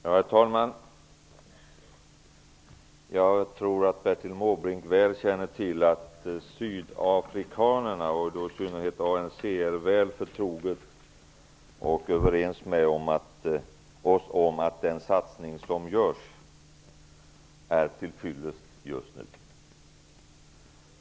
Herr talman! Jag tror att Bertil Måbrink väl känner till att sydafrikanerna och i synnerhet ANC är väl förtrogna med den satsning som görs och att de är överens med oss om att den är tillfyllest just nu.